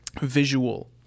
visual